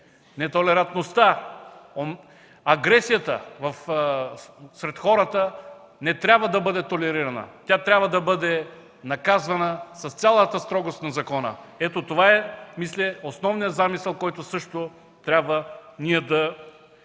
нетолерантността, агресията сред хората не трябва да бъде толерирана. Тя трябва да бъде наказвана с цялата строгост на закона. Ето, това е основният замисъл, който също трябва да